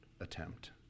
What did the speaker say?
attempt